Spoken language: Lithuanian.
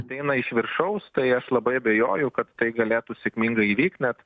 ateina iš viršaus tai aš labai abejoju kad tai galėtų sėkmingai įvykt net